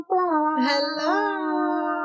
Hello